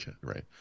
right